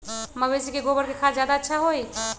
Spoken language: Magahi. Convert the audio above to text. मवेसी के गोबर के खाद ज्यादा अच्छा होई?